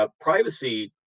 privacy